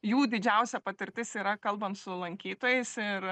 jų didžiausia patirtis yra kalbant su lankytojais ir